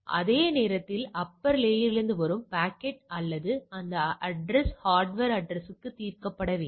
அதே நேரத்தில் அப்பர் லேயர்லிருந்து வரும் பாக்கெட் அல்லது இந்த அட்ரஸ் ஹார்ட்வர் அட்ரஸ்க்கு தீர்க்கப்பட வேண்டும்